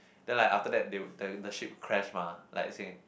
then like after that they would the the ship crash mah like sink